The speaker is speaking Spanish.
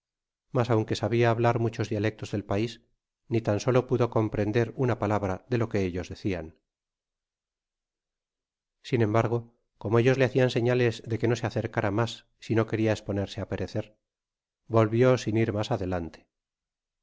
mas aunque sabia hablar mochos dialectos del pais ni tan solo pudo comprender una palabra de lo que ellos decian sin embargo como ellos le hacian señales de que no se acercara mas si m queria esponerse á perecer volvió sin ir mas adelante